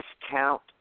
discount